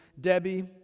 Debbie